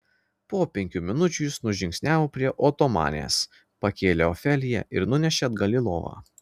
po penkių minučių jis nužingsniavo prie otomanės pakėlė ofeliją ir nunešė atgal į lovą